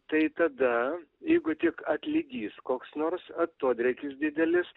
tai tada jeigu tik atlydys koks nors atodrėkis didelis